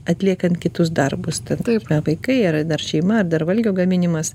atliekant kitus darbus ta prasme vaikai ar dar šeima ar dar valgio gaminimas